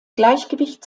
gleichgewicht